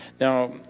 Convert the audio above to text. Now